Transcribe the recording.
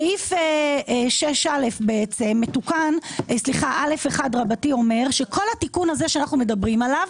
סעיף (א1) אומר שכל התיקון הזה שאנחנו מדברים עליו,